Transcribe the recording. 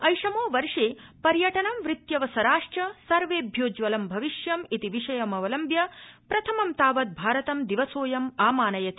ऐषमो वर्षे पर्यटनं वृत्यवसराश्च सर्वेभ्योज्वलम् भविष्यम् इति विषयमवलम्ब्य प्रथमं तावत् भारतं दिवसोयम् आमानयति